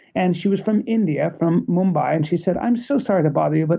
and she was from india, from mumbai, and she said, i'm so sorry to bother you, but,